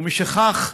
ומשכך,